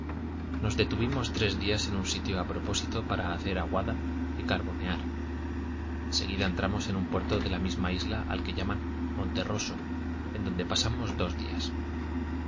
nos detuvimos tres días en un sitio a propósito para hacer aguada y carbonear en seguida entramos en un puerto de la misma isla al que llaman monterroso en donde pasamos dos días